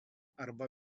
arba